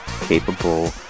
capable